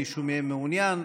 מישהו מהם מעוניין?